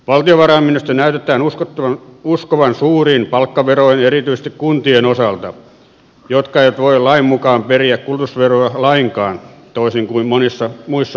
valtiovarainministeriössä näkyy uskottavan suuriin palkkaveroihin erityisesti kuntien osalta jotka eivät voi lain mukaan periä kulutusveroa lainkaan toisin kuin monissa muissa maissa